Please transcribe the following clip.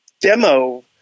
demo